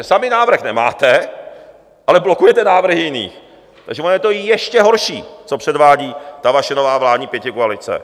Sami návrh nemáte, ale blokujete návrhy jiných, takže ono je to ještě horší, co předvádí ta vaše nová vládní pětikoalice.